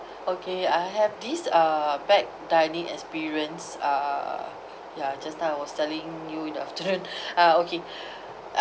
okay I have this uh bad dining experience uh ya just now I was telling you in the afternoon uh okay